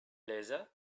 laser